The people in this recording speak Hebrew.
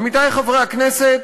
עמיתי חברי הכנסת,